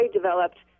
developed